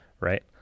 right